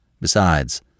Besides